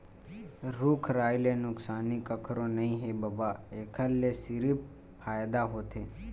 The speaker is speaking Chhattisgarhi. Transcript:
रूख राई ले नुकसानी कखरो नइ हे बबा, एखर ले सिरिफ फायदा होथे